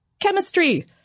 Chemistry